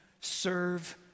serve